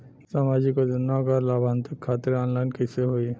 सामाजिक योजना क लाभान्वित खातिर ऑनलाइन कईसे होई?